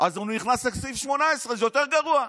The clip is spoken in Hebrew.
אז הוא נכנס לסעיף 18, זה יותר גרוע.